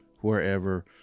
wherever